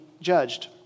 judged